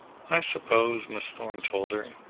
i suppose miss thorn told her.